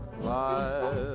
life